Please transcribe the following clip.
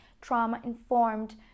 trauma-informed